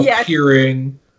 appearing